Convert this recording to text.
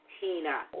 Tina